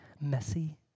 messy